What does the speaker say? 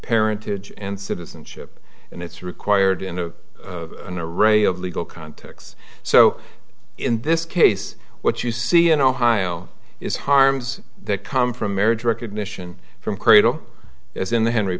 parentage and citizenship and it's required in a an array of legal contexts so in this case what you see in ohio is harms that come from marriage recognition from credo as in the